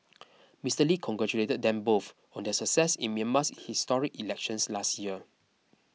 Mister Lee congratulated them both on their success in Myanmar's historic elections last year